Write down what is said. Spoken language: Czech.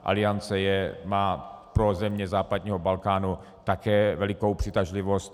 Aliance má pro země západního Balkánu také velikou přitažlivost.